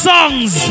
Songs